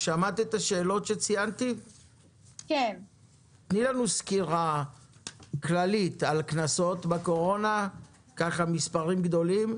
תני לנו סקירה כללית על קנסות בקורונה במספרים גדולים,